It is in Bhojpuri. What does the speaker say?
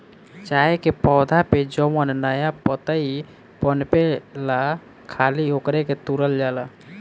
चाय के पौधा पे जवन नया पतइ पनपेला खाली ओकरे के तुरल जाला